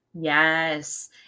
Yes